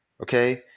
okay